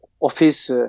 office